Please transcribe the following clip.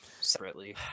separately